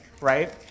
right